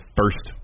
first